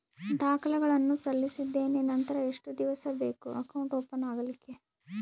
ದಾಖಲೆಗಳನ್ನು ಸಲ್ಲಿಸಿದ್ದೇನೆ ನಂತರ ಎಷ್ಟು ದಿವಸ ಬೇಕು ಅಕೌಂಟ್ ಓಪನ್ ಆಗಲಿಕ್ಕೆ?